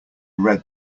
red